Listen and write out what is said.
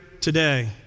today